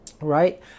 right